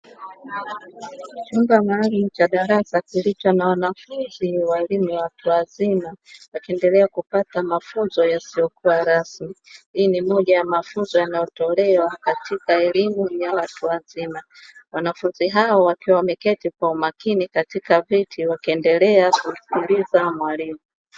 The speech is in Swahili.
Chumba maalum cha darasa kilicho na wanafunzi wa elimu ya watu wazima wakiendelea kupata mafunzo yasiyokuwa rasmi hii ni moja ya mafunzo yanayotolewa katika elimu ya watu wazima, wanafunzi hao wakiwa wameketi kwa umakini katika viti wakiendelea kumsikiliza mwalimu.